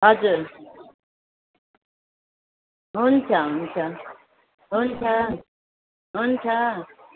हजुर हुन्छ हुन्छ हुन्छ हुन्छ